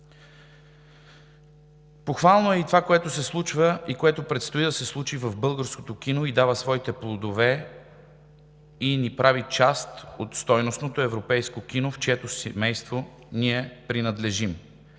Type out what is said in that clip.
Похвално е и това, което се случва и предстои да се случи в българското кино и дава своите плодове, като ни прави част от стойностното европейско кино, към чието семейство ние принадлежим.